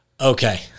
Okay